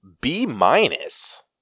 B-minus